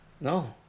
No